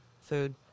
food